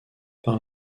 par